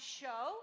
show